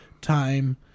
time